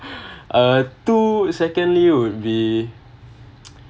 uh two secondly would be